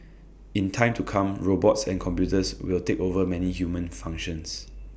in time to come robots and computers will take over many human functions